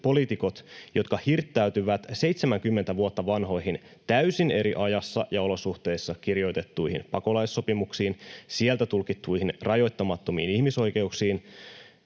poliitikot, jotka hirttäytyvät 70 vuotta vanhoihin, täysin eri ajassa ja olosuhteissa kirjoitettuihin pakolaissopimuksiin, sieltä tulkittuihin rajoittamattomiin ihmisoikeuksiin,